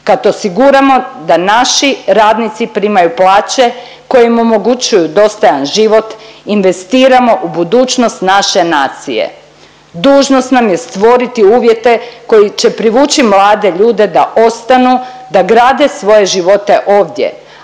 Kad osiguramo da naši radnici primaju plaće koje im omogućuju dostojan život, investiramo u budućnost naše nacije. Dužnost nam je stvoriti uvjete koji će privući mlade ljude da ostanu, da grade svoje živote ovdje,